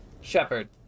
Shepard